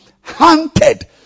hunted